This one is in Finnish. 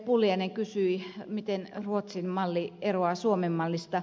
pulliainen kysyi miten ruotsin malli eroaa suomen mallista